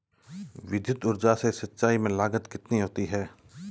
विद्युत ऊर्जा से सिंचाई में लागत कितनी होती है?